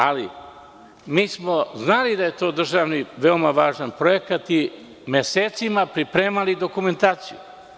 Ali, mi smo znali da je to državni veoma važan projekat i mesecima smo pripremali dokumentaciju.